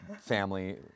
family